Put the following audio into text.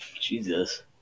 Jesus